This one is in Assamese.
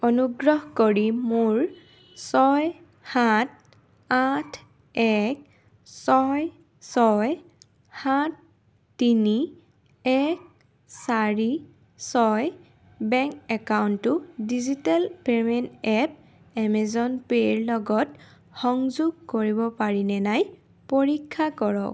অনুগ্ৰহ কৰি মোৰ ছয় সাত আঠ এক ছয় ছয় সাত তিনি এক চাৰি ছয় বেংক একাউণ্টটো ডিজিটেল পে'মেণ্ট এপ এমেজন পে'ৰ লগত সংযোগ কৰিব পাৰিনে নাই পৰীক্ষা কৰক